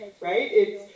right